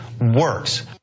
works